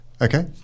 Okay